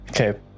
Okay